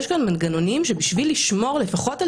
יש כאן מנגנונים שבשביל לשמור לפחות על